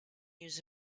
use